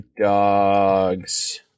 dogs